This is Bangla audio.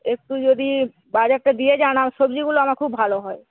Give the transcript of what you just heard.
একটু যদি বাজারটা দিয়ে যান সবজিগুলো আমার খুব ভালো হয়